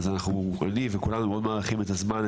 אז אני וכולנו מאוד מעריכים את הזמן,